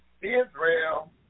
Israel